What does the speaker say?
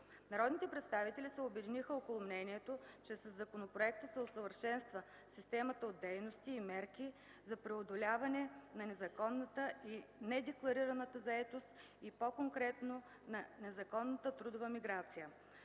Народните представители се обединиха около мнението, че със законопроекта се усъвършенства системата от дейности и мерки за преодоляване на незаконната и недекларираната заетост и по-конкретно на незаконната трудова миграция.